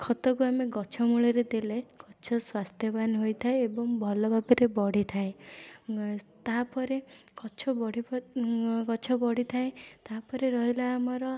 ଖତକୁ ଆମେ ଗଛମୂଳରେ ଦେଲେ ଗଛ ସ୍ୱାସ୍ଥ୍ୟବାନ ହୋଇଥାଏ ଏବଂ ଭଲ ଭାବରେ ବଢ଼ିଥାଏ ତା'ପରେ ଗଛ ବଢ଼ି ଗଛ ବଢ଼ିଥାଏ ତା'ପରେ ରହିଲା ଆମର